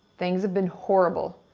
things have been horrible.